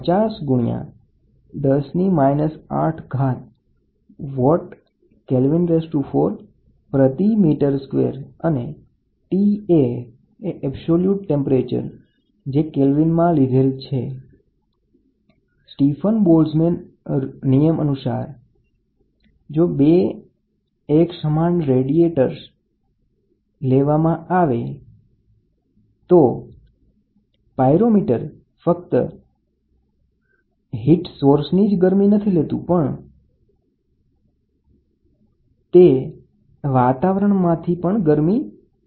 જો Tt એ સાચું તાપમાન હોય અને T એ જ્યારે પદાર્થ ને પૂરા દેખાવ મા રખાયેલ હોય ત્યારનું રેડીએશન પાયરોમીટર દ્વારા લેવામાં આવેલું અપારંટ તાપમાન હોય તો પછી E σT⁴ પાયરોમીટર દ્વારા મેળવવામાં આવતી ઊર્જા એ સંપૂર્ણ બ્લેક બોડી દ્વારા T તાપમાન પર ઉત્સર્જિત થતી ઊર્જા જેટલી જ હોય છે